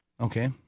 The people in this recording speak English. Okay